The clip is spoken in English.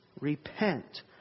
repent